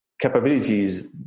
capabilities